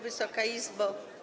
Wysoka Izbo!